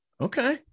Okay